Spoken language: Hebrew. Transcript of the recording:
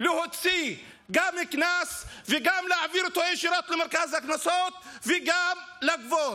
להוציא גם קנס וגם להעביר אותו ישירות למרכז הקנסות וגם לגבות.